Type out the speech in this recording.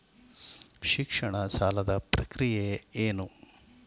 ಶಿಕ್ಷಣ ಸಾಲದ ಪ್ರಕ್ರಿಯೆ ಏನು?